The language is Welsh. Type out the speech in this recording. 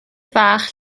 fach